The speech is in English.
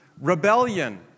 Rebellion